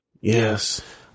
Yes